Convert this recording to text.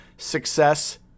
success